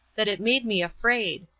that it made me afraid.